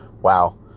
Wow